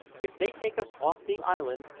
if they take us off the island,